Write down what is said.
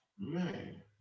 man